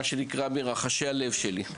מרחשי הלב שלי.